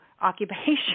occupation